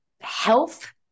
health